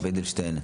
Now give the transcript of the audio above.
הרב אדלשטיין.